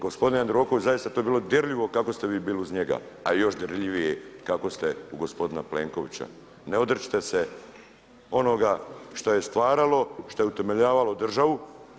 Gospodine Jandroković, zaista to je bilo dirljivo kako ste vi bili uz njega, a još dirljivije kako ste u gospodina Plenkovića, ne odričite se onoga što je stvaralo, što je utemeljivalo državu.